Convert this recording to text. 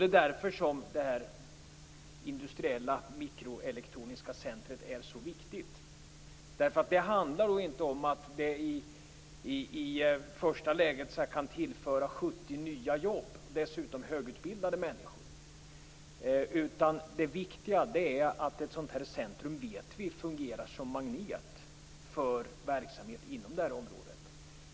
Det är därför det industriella mikroelektroniska centrumet är så viktigt. Det handlar inte i detta läge om att tillföra 70 nya jobb - dessutom högutbildade människor. Det viktiga är att vi vet att ett centrum fungerar som en magnet för verksamhet inom området.